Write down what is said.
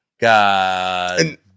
God